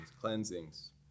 cleansings